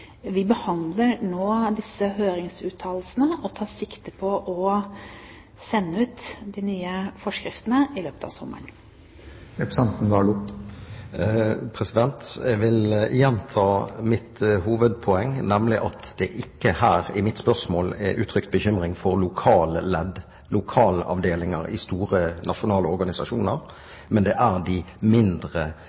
Vi behandler nå disse høringsuttalelsene og tar sikte på å sende ut de nye forskriftene i løpet av sommeren. Jeg vil gjenta mitt hovedpoeng, nemlig at i mitt spørsmål er det ikke uttrykt bekymring for lokalledd, lokalavdelinger i store nasjonale organisasjoner, men for de mindre – de mange tusen frittstående, mindre